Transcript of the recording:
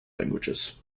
languages